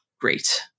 great